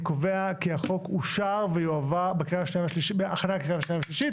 אני קובע כי החוק אושר בהכנה לקריאה השנייה והשלישית,